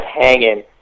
hanging